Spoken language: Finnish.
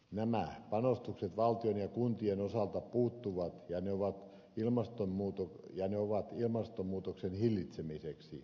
nämä panostukset valtion ja kuntien osalta puuttuvat ja ne ovat ilmastonmuutoksen hillitsemiseksi